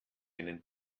einen